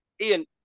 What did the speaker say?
Ian